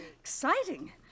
Exciting